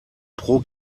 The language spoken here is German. pro